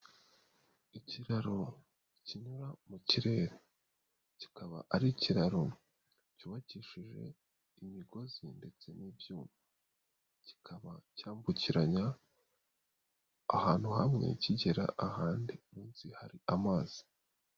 Ikiraro kinyura mu kirere, kikaba ari ikiraro cyubakishije imigozi ndetse n'ibyuma, kikaba cyambukiranya ahantu hamwe kigera ahandi munsi hari amazi.